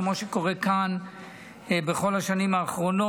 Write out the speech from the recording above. כמו שקורה כאן בכל השנים האחרונות,